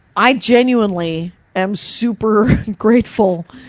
i genuinely am super grateful,